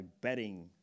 betting